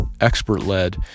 expert-led